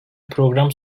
program